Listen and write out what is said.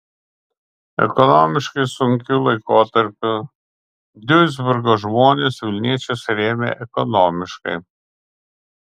ekonomiškai sunkiu laikotarpiu duisburgo žmonės vilniečius rėmė ekonomiškai